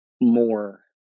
more